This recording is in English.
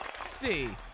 Steve